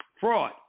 fraud